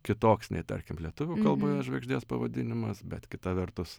kitoks nei tarkim lietuvių kalboje žvaigždės pavadinimas bet kita vertus